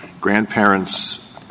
grandparents